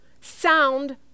sound